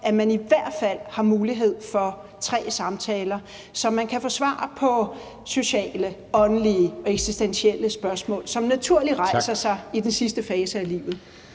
at man i hvert fald har mulighed for tre samtaler, så man kan få svar på de sociale, åndelige og eksistentielle spørgsmål, som naturligt rejser sig i den sidste fase af livet?